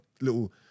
little